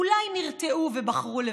אולי נרתעו ובחרו לוותר.